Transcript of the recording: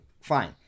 Fine